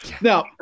now